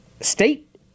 state